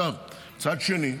מצד שני,